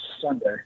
Sunday